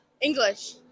English